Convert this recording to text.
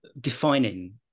defining